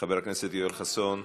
חבר הכנסת יואל חסון,